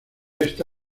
esta